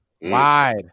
wide